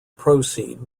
proceed